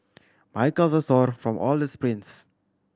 my calves sore from all the sprints